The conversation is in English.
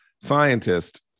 scientist